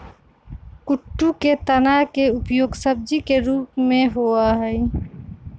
कुट्टू के तना के उपयोग सब्जी के रूप में होबा हई